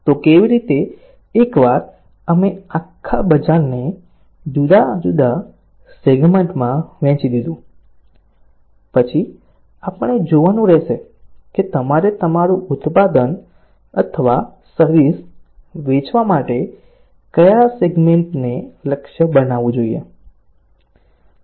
તો કેવી રીતે એકવાર અમે આખા બજારને જુદા જુદા સેગમેન્ટમાં વહેંચી દીધું પછી આપણે જોવાનું રહેશે કે તમારે તમારું ઉત્પાદન અથવા સર્વિસ વેચવા માટે કયા સેગમેન્ટને લક્ષ્ય બનાવવું જોઈએ